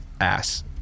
ass